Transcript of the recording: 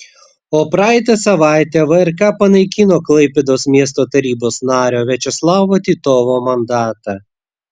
o praeitą savaitę vrk panaikino klaipėdos miesto tarybos nario viačeslavo titovo mandatą